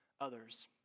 others